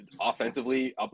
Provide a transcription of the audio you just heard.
offensively